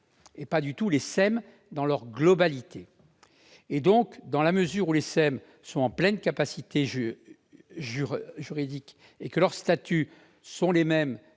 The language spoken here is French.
s'agit nullement des SEM dans leur globalité. Dans la mesure où les SEM ont pleine capacité juridique et que leurs statuts sont les mêmes